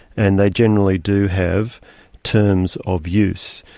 and they generally do have terms of use.